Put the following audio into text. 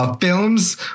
films